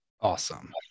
Awesome